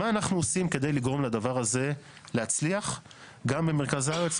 מה אנחנו עושים כדי לגרום לדבר הזה להצליח גם במרכז הארץ,